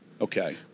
Okay